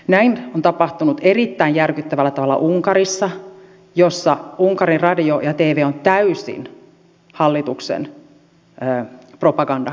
näin on tapahtunut erittäin järkyttävällä tavalla unkarissa missä unkarin radio ja tv on täysin hallituksen propagandakoneisto